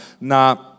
na